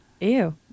Ew